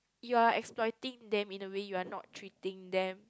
you are exploiting them in a way you are not treating them